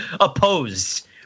opposed